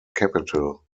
capital